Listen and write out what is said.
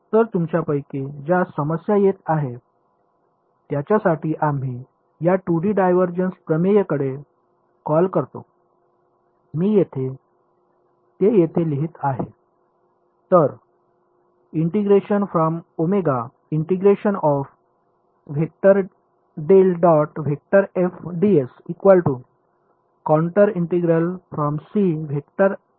तर तुमच्यापैकी ज्यास समस्या येत आहेत त्यांच्यासाठी आम्ही या 2 डी डायव्हर्जन्स प्रमेयमध्ये कॉल करतो मी येथे ते येथे लिहित आहे